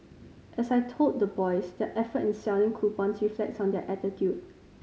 as I told the boys their effort in selling coupons reflects on their attitude